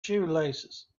shoelaces